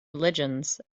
religions